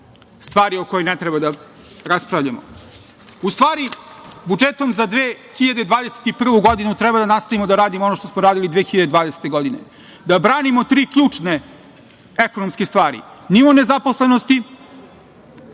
stvar je o kojoj ne treba da raspravljamo.U stvari, budžetom za 2021. godinu treba da nastavimo da radimo ono što smo radili 2020. godine. Da branimo tri ključne ekonomske stvari nivo nezaposlenosti,